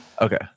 Okay